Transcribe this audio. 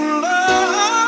love